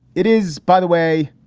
it is, by the way,